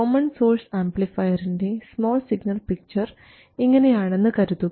common source ആംപ്ലിഫയറിൻറെ small signal picture ഇങ്ങനെയാണെന്ന് കരുതുക